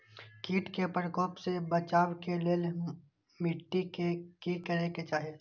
किट के प्रकोप से बचाव के लेल मिटी के कि करे के चाही?